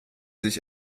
sich